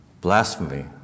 blasphemy